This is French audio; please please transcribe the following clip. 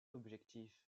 objectif